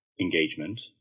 engagement